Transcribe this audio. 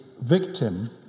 victim